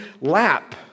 lap